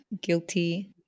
guilty